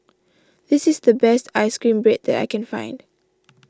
this is the best Ice Cream Bread that I can find